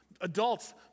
Adults